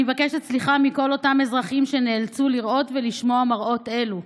אני מבקשת סליחה מכל אותם אזרחים שנאלצו לראות ולשמוע מראות אלו.